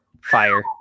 Fire